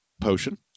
potion